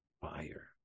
fire